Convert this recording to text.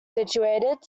situated